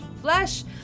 flesh